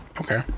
Okay